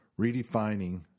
redefining